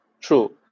True